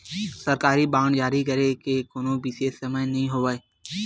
सरकारी बांड जारी करे के कोनो बिसेस समय नइ होवय